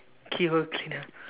key hole cleaner